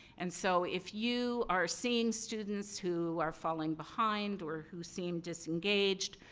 and, so, if you are seeing students who are falling behind, or who seem disengaged,